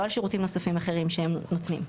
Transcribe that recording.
לא על שירותים נוספים אחרים שהם נותנים.